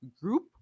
group